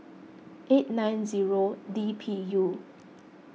eight nine zero D P U